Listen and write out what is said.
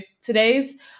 today's